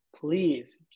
please